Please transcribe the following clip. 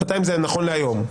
200 נכון להיום?